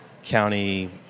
County